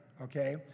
okay